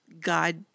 God